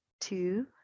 two